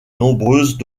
nombreuses